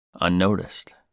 unnoticed